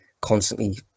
constantly